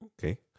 Okay